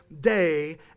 day